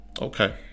Okay